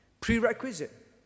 Prerequisite